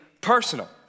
personal